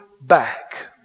back